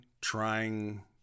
trying